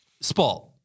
spot